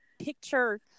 picture